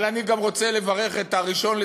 אבל אני גם רוצה לברך את הראשון-לציון,